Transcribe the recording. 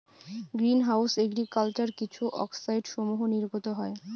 green house agriculture কিছু অক্সাইডসমূহ নির্গত হয়